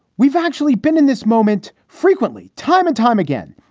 we've actually been in this moment frequently time and time again.